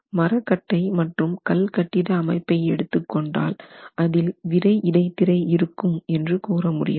மரக்கட்டை மற்றும் கல் கட்டிட அமைப்பை எடுத்துக் கொண்டால் அதில் விறை இடைத்திரை இருக்கும் என்று கூற முடியாது